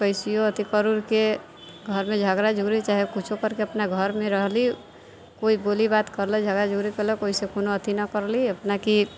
Casio अथी कर उर के घरमे झगड़ा झूगरी चाहे कुछो करके अपना घरमे रहली कोइ बोली बात करलक झगड़ा झूगरी करलक कोइ सँ कोनो अथी नहि करली अपना की